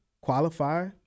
qualify